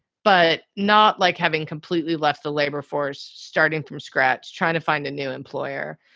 but not like having completely left the labor force starting from scratch, trying to find a new employer.